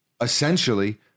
essentially